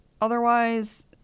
otherwise